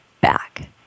back